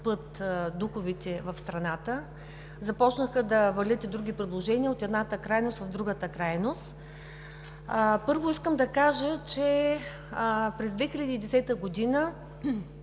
духовете в страната. Започнаха да валят и други предложения от едната в другата крайност. Първо, искам да кажа, че през 2010 г.